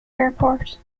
airport